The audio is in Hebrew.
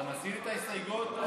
אתה מסיר את ההסתייגות?